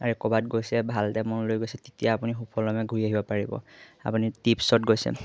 আৰু এ ক'বাত গৈছে ভাল এটা মন লৈ গৈছে তেতিয়া আপুনি সুফলমে ঘূৰি আহিব পাৰিব আপুনি ট্ৰিপছত গৈছে